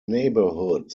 neighborhood